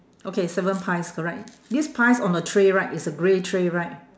okay seven pies correct these pies on a tray right it's a grey tray right